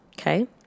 Okay